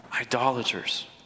idolaters